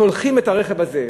ואז שולחים את הרכב הזה,